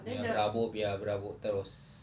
nak berhabuk biar berhabuk terus